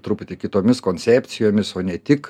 truputį kitomis koncepcijomis o ne tik